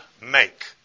make